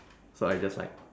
so I just like